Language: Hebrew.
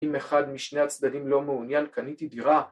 אם אחד משני הצדדים לא מעוניין קניתי דירה